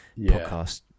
podcast